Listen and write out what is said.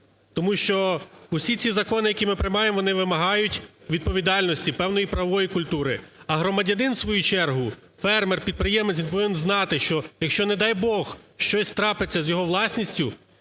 Тому що усі ці закони, які ми приймаємо, вони вимагають відповідальності, певної правової культури. А громадянин в свою чергу, фермер, підприємець, він повинен знати, що якщо, не дай Бог, щось трапиться з його власністю,